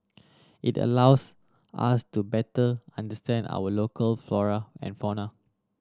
it allows us to better understand our local flora and fauna